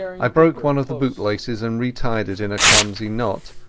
i broke one of the bootlaces and retied it in a clumsy knot,